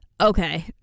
okay